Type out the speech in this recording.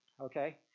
Okay